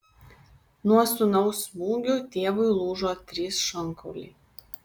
nuo sūnaus smūgių tėvui lūžo trys šonkauliai